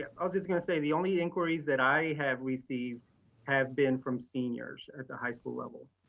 i was just gonna say the only inquiries that i have received have been from seniors at the high school level.